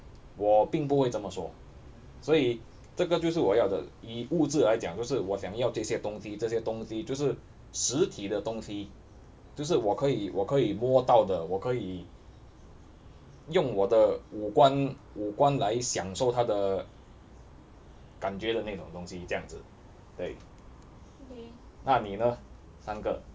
我并不会这么说所以这个就是我要的以物质来讲就是我想要这些东西这些东西就是实体的东西就是我可以我可以摸到的我可以用我的五官五官来享受它的感觉到那种东西酱子对那你呢三个